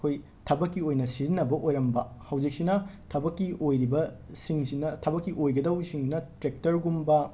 ꯑꯩꯈꯣꯏ ꯊꯕꯛꯀꯤ ꯑꯣꯏꯅ ꯁꯤꯖꯤꯟꯅꯕ ꯑꯣꯏꯔꯝꯕ ꯍꯧꯖꯤꯛꯁꯤꯅ ꯊꯕꯛꯀꯤ ꯑꯣꯏꯔꯤꯕꯁꯤꯡꯁꯤꯅ ꯊꯕꯛꯀꯤ ꯑꯣꯏꯒꯗꯧꯁꯤꯡꯅ ꯇ꯭ꯔꯦꯛꯇꯔꯒꯨꯝꯕ